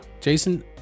Jason